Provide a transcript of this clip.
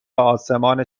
آسمان